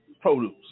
produce